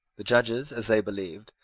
the judges, as they believed,